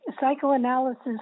psychoanalysis